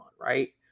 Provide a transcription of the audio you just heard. right